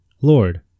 Lord